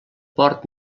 port